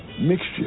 mixture